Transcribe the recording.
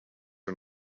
are